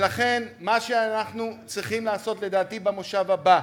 ולכן, מה שאנחנו צריכים לעשות, לדעתי, במושב הבא,